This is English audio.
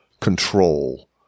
Control